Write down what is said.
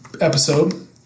episode